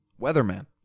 Weatherman